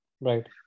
Right